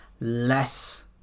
less